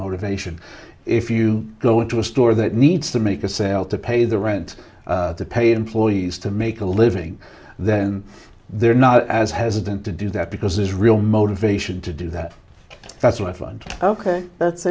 motivation if you go into a store that needs to make a sale to pay the rent to pay employees to make a living then they're not as hesitant to do that because there's real motivation to do that that's